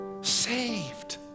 Saved